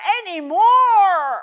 anymore